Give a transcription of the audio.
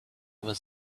was